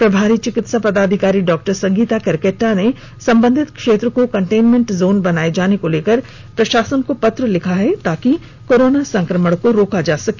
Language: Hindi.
प्रभारी चिकित्सा पदाधिकारी डॉक्टर संगीता केरकेट्टा ने संबंधित क्षेत्र को कंटेनमेंट जोन बनाए जाने को लेकर प्रशासन को पत्र लिखा है ताकि कोरोना संक्रमण को रोका जा सके